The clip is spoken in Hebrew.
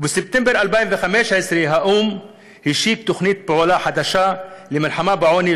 ובספטמבר 2015 האו"ם השיק תוכנית פעולה חדשה למלחמה בעוני,